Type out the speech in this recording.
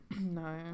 No